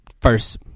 first